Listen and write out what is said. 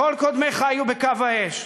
כל קודמיך היו בקו האש.